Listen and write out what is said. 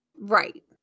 Right